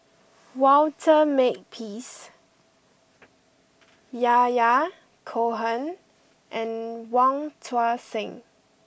Walter Makepeace Yahya Cohen and Wong Tuang Seng